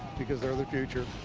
because they're the future.